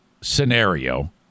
scenario